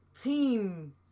team